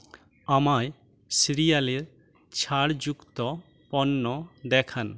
আমায় সিরিয়ালের ছাড়যুক্ত পণ্য দেখান